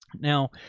now,